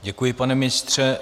Děkuji, pane ministře.